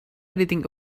editing